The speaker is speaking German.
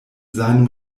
seinem